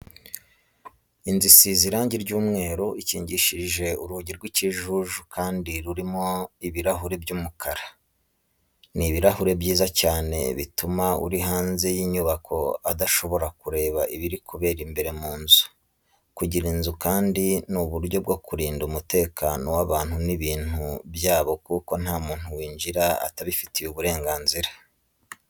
Inzu isize irangi ry'umweru, ikingishije urugi rw'ikijuju kandi rurimo ibirahure by'umukara. Ni ibirahure byiza cyane bituma uri hanze y'inyubako adashobora kureba ibiri kubera imbere mu nzu. Gukinga inzu kandi ni uburyo bwo kurinda umutekano w'abantu n'ibintu byabo kuko nta muntu winjiramo atabifitiye uburenganzira.